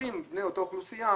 מקבלים בני אותה אוכלוסייה